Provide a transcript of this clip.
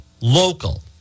local